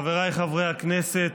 חבריי חברי הכנסת,